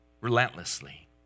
Relentlessly